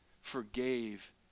forgave